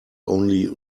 only